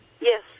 Yes